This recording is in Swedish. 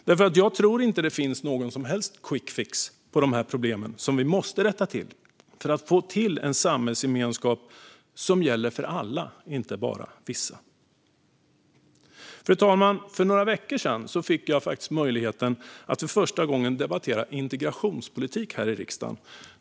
Jag tror nämligen inte att det finns någon som helst quickfix på dessa problem som vi måste rätta till för att få en samhällsgemenskap som gäller för alla och inte bara för vissa. Fru talman! För några veckor sedan fick jag faktiskt möjlighet att för första gången debattera integrationspolitik här i riksdagen.